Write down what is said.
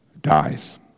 dies